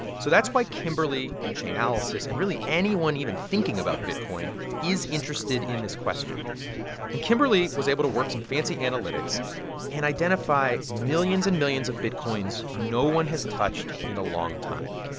so that's why kimberly and chainalysis and really anyone even thinking about bitcoin is interested in this question and kimberly was able to work some fancy analytics and identify millions and millions of bitcoins no one has touched in a long time.